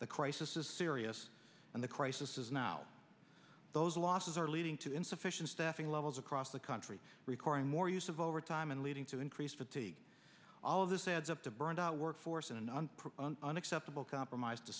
the crisis is serious and the crisis is now those losses are leading to insufficient staffing levels across the country requiring more use of overtime and leading to increased fatigue all of this adds up to burned out workforce in an unacceptable compromise to